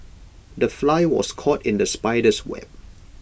the fly was caught in the spider's web